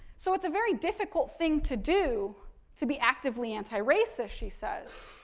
so, it's a very difficult thing to do to be actively anti-racist, she says.